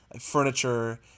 furniture